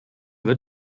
wird